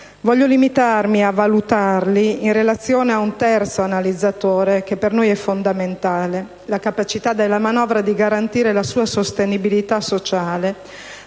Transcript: Voglio limitarmi a valutarli in relazione ad un terzo analizzatore per noi fondamentale: la capacità della manovra di garantire la sua sostenibilità sociale,